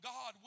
God